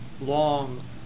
long